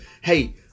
Hey